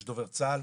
יש דובר צה"ל,